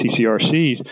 CCRCs